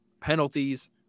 penalties